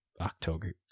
October